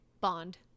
Bond